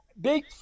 big